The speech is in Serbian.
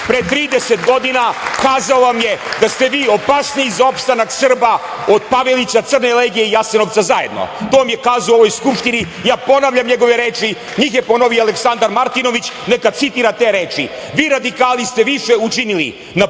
trideset godina kazao vam je da ste vi opasniji za opstanak Srba od Pavelića, Crne legije i Jasenovca zajedno. To vam je kazao u ovoj skupštini i ponavljam njegove reči, njih je ponovio Aleksandar Martinović, neka citira te reči – vi radikali ste više učinili